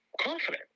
confident